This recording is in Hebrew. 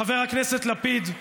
חבר הכנסת לפיד,